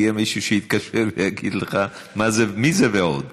יהיה מישהו שיתקשר ויגיד לך: מי זה "ועוד"?